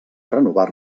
renovar